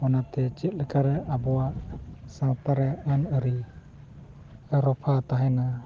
ᱚᱱᱟᱛᱮ ᱪᱮᱫᱞᱮᱠᱟ ᱨᱮ ᱟᱵᱚᱣᱟᱜ ᱥᱟᱶᱛᱟ ᱨᱮ ᱟᱹᱱᱼᱟᱹᱨᱤ ᱨᱚᱯᱷᱟ ᱛᱟᱦᱮᱱᱟ